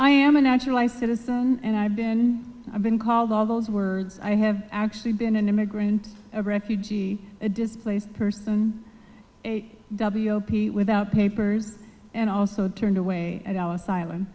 i am a naturalized citizen and i've been i've been called all those words i have actually been an immigrant a refugee a displaced person a w o p without papers and also turned away at al